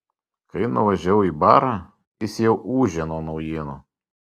kai nuvažiavau į barą jis jau ūžė nuo naujienų